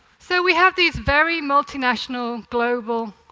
so we have these very multinational, global,